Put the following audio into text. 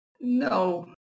No